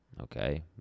okay